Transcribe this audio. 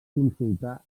consultar